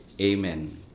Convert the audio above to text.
Amen